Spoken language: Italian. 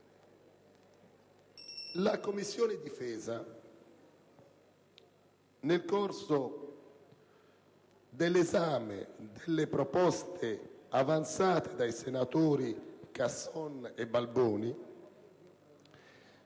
La Commissione difesa, nel corso dell'esame delle proposte avanzate dai senatori Casson e Balboni,